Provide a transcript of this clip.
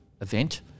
event